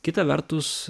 kita vertus